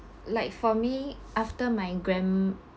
like for me after my grandm~